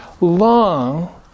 long